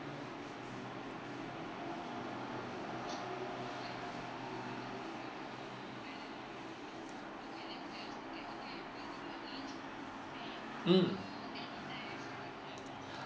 mm